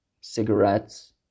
cigarettes